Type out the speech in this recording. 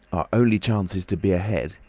our only chance is to be ahead.